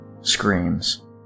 screams